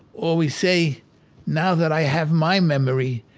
or we say now that i have my memory,